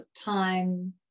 time